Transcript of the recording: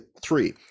three